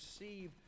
receive